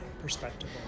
perspective